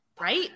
Right